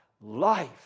life